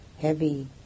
heavy